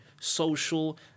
social